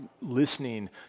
listening